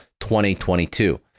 2022